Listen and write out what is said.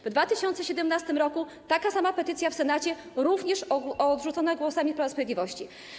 W 2017 r. taka sama petycja w Senacie, również odrzucona głosami Prawa i Sprawiedliwości.